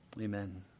Amen